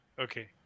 okay